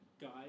guys